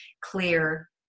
clear